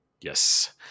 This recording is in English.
Yes